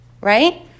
right